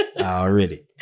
Already